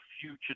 future